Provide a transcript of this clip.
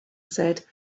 said